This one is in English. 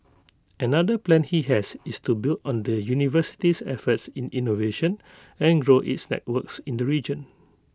another plan he has is to build on the university's efforts in innovation and grow its networks in the region